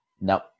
Nope